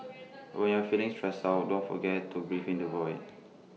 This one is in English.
when you are feeling stressed out don't forget to breathe in the void